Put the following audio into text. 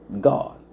God